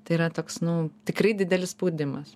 tai yra toks nu tikrai didelis spaudimas